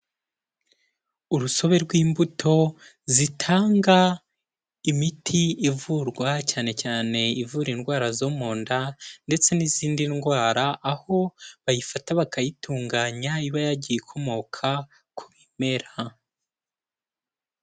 Urusobe rw'imbuto zitanga imiti ivurwa, cyane cyane ivura indwara zo mu nda, ndetse n'izindi ndwara, aho bayifata bakayitunganya iba yagiye ikomoka ku bimera.